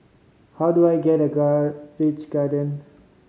how do I get Grange Garden